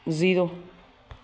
zero